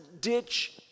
ditch